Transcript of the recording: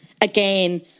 again